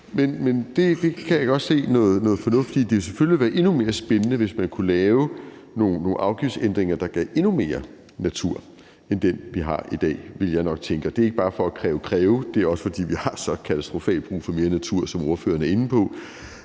Det kan jeg godt se noget fornuft i. Det ville selvfølgelig være endnu mere spændende, hvis man kunne lave nogle afgiftsændringer, der gav endnu mere natur end den, vi har i dag, vil jeg nok tænke. Det er ikke bare for at kræve og kræve; det er også, fordi vi har så katastrofalt brug for mere natur, som ordføreren er inde på.